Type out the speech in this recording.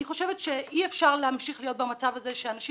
אני חושבת שאי אפשר להמשיך להיות במצב הזה שאנשים